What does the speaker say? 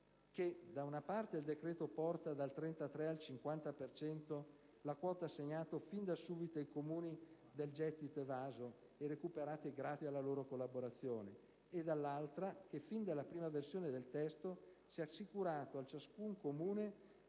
da una parte, che il decreto porta dal 33 al 50 per cento la quota assegnata fin da subito ai Comuni del gettito evaso e recuperato grazie anche alla loro collaborazione e, dall'altra, che, fin dalla prima versione del testo, si è assicurata a ciascun Comune